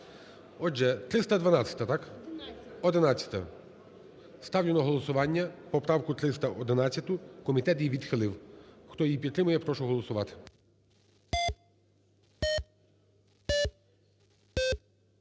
Отже, 312-а, так? 11-а. Ставлю на голосування поправку 311. Комітет її відхилив. Хто її підтримує, прошу голосувати.